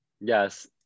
Yes